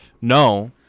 No